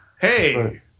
Hey